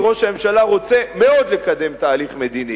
וראש הממשלה רוצה מאוד לקדם תהליך מדיני.